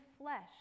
flesh